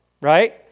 right